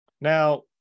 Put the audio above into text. Now